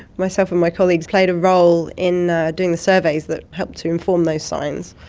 myself and my colleagues played a role in doing the surveys that helped to inform those signs.